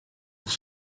pour